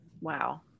Wow